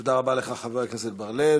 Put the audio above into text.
תודה רבה לך, חבר הכנסת בר-לב.